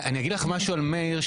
אני אגיד לך משהו על מאיר,